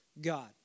God